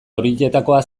horietakoa